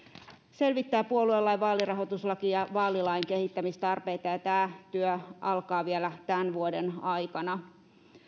selvittää puoluelain vaalirahoituslain ja vaalilain kehittämistarpeita ja tämä työ alkaa vielä tämän vuoden aikana